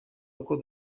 uko